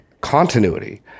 continuity